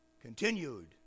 continued